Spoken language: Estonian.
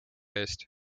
eest